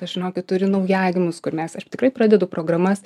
aš žinokit turi naujagimius kur mes tikrai pradedu programas